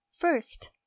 First